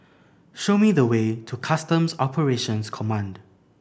show me the way to Customs Operations Command